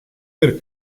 per